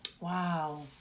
Wow